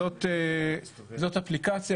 זו אפליקציה,